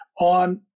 On